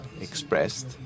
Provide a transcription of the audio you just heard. expressed